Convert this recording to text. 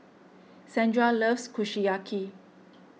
Sandra loves Kushiyaki